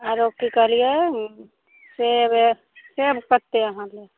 आओर कि कहलिए सेब एक सेब कतेक अहाँ लेब